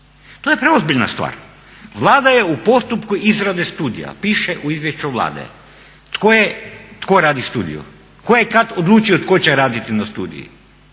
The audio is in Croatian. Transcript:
To je preozbiljan stvar. Vlada je u postupku izrade studija. Piše u izvješću Vlade tko je, tko radi studiju, tko je kad odlučio tko će raditi na studiji?